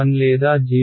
1 లేదా 0